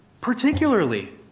particularly